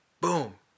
boom